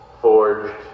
Forged